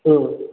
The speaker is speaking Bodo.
औ